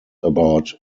about